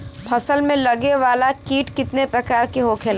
फसल में लगे वाला कीट कितने प्रकार के होखेला?